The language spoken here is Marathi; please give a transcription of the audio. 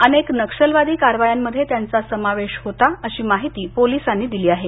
अनेक नक्षलवादी कारवायांमध्ये त्यांचा समावेश होता अशी माहिती पोलिसांनी दिली आहे